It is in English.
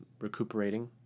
recuperating